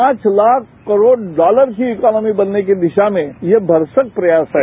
पांच लाख करोड़ डॉलर की इकॉनोमी बनने की दिशा में ये भरसक प्रयास है